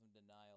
denial